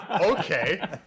Okay